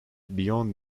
beyond